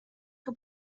que